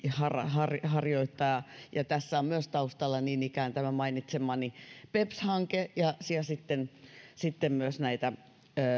harjoittaa harjoittaa tässä on myös taustalla niin ikään tämä mainitsemani beps hanke ja sitten sitten myös näitä